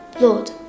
Lord